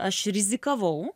aš rizikavau